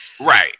Right